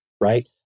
right